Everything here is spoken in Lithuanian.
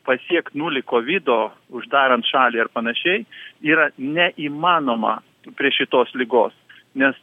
pasiekt nulį kovido uždarant šalį ar panašiai yra neįmanoma prie šitos ligos nes